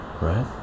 right